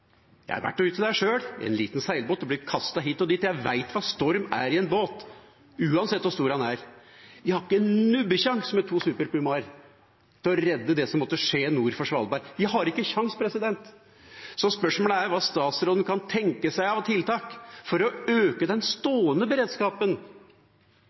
Jeg har vært uti der sjøl, i en liten seilbåt, og blitt kastet hit og dit – jeg vet hva storm er i en båt, uansett hvor stor båten er. Man har ikke nubbesjanse til å redde det som måtte skje nord for Svalbard med to Super Puma-er. De har ikke en sjanse. Så spørsmålet er hva statsråden kan tenke seg av tiltak for å øke den